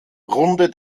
runde